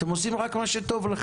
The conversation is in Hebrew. אתם עושים רק מה שטוב לכם.